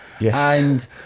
Yes